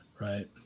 Right